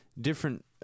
different